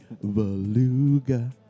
Beluga